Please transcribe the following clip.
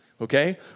Okay